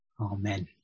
amen